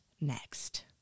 next